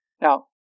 Now